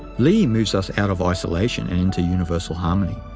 li moves us out of isolation and into universal harmony,